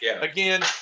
again